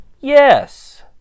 Yes